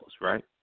right